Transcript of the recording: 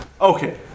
Okay